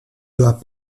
doit